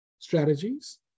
strategies